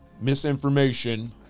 Misinformation